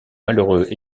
malheureux